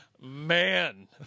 Man